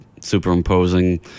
superimposing